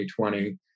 2020